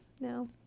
No